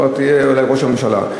כבר תהיה אולי ראש הממשלה.